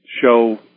show